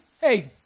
Hey